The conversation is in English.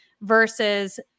versus